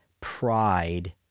pride